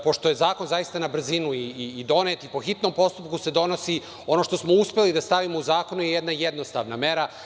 Pošto je zakon zaista na brzinu i donet i po hitnom postupku se donosi, ono što smo uspeli da stavimo u zakon je jedna jednostavna mera.